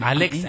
Alex